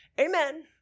amen